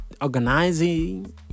organizing